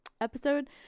episode